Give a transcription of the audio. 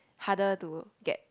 harder to get